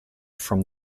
from